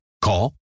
Call